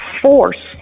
force